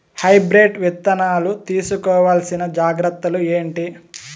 Hybrid విత్తనాలు తీసుకోవాల్సిన జాగ్రత్తలు ఏంటి?